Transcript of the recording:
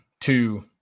Two